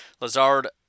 Lazard